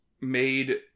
made